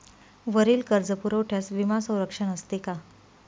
वरील कर्जपुरवठ्यास विमा संरक्षण असते का?